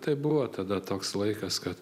tai buvo tada toks laikas kad